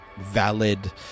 valid